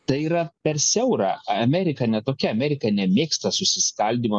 tai yra per siaura amerika ne tokia amerika nemėgsta susiskaldymo